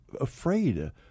afraid